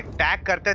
backup